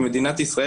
כמדינת ישראל,